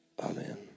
Amen